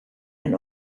and